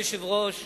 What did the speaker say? אדוני היושב-ראש,